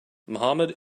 mohammed